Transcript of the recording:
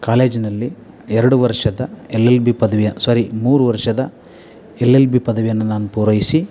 ಕಾಲೇಜಿನಲ್ಲಿ ಎರಡು ವರ್ಷದ ಎಲ್ ಎಲ್ ಬಿ ಪದವಿಯ ಸಾರಿ ಮೂರು ವರ್ಷದ ಎಲ್ ಎಲ್ ಬಿ ಪದವಿಯನ್ನು ನಾನು ಪೂರೈಸಿ